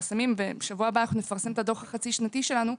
בשבוע הבא אנחנו נפרסם את הדוח החצי-שנתי שלנו.